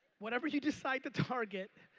whatever you decide to target,